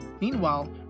Meanwhile